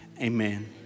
Amen